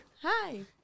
Hi